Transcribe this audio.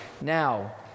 Now